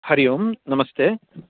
हरिः ओं नमस्ते